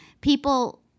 people